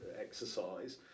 exercise